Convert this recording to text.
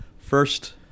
first